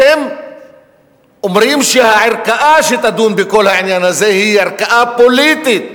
אתם אומרים שהערכאה שתדון בכל העניין הזה היא ערכאה פוליטית,